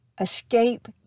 escape